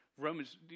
Romans